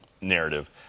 narrative